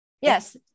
Yes